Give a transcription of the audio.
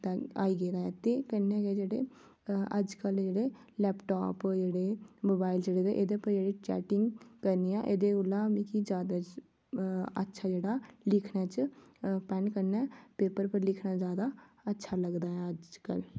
आई गेदा ऐ ते कन्नै गै जेह्ड़ी ते अजकल जेह्ड़े लैपटाप जेह्ड़े मोबाइ्ल चले दे एह्दे उप्पर जेह्ड़ी चैटिंग करने आं एह्दे कोला मिगी जादा अच्छा जेह्ड़ा लिखने च पैन्न कन्नै पेपर उप्पर लिखना जादा अच्छा लगदा ऐ अजकल